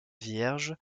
vierge